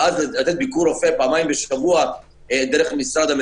שאז ביקור רופא פעמיים בשבוע דרך המשרד,